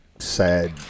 sad